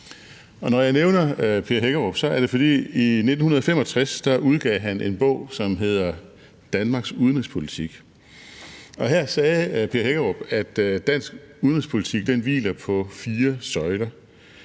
Når jeg nævner Per Hækkerup, er det, fordi han i 1965 udgav en bog, som hedder »Danmarks udenrigspolitik«. Her sagde Per Hækkerup, at dansk udenrigspolitik hviler på fire søjler: